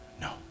no